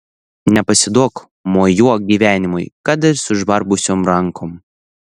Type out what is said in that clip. nepasiduok mojuok gyvenimui kad ir sužvarbusiom rankom